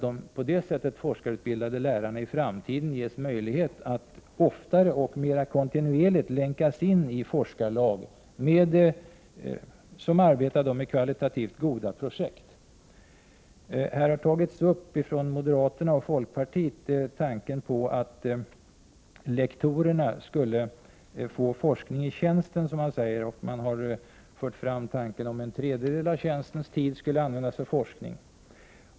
De på detta sätt forskarutbildade lärarna skall i framtiden ges möjlighet att oftare och mera kontinuerligt länkas in i forskarlag som arbetar med kvalitativt goda projekt. Ifrån moderaterna och folkpartitet har man tagit upp tanken på att lektorerna skulle få forska i tjänsten. Man har fört fram tanken på att en tredjedel av tjänstens tid skulle användas för forskning.